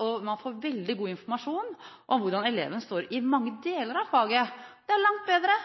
og man får veldig god informasjon om hvordan eleven står i mange deler av faget. Det er langt bedre.